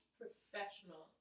professional